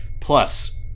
Plus